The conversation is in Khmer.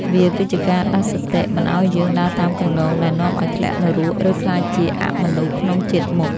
វាគឺជាការដាស់សតិមិនឱ្យយើងដើរតាមគន្លងដែលនាំឱ្យធ្លាក់នរក ឬក្លាយជាអមនុស្សក្នុងជាតិមុខ។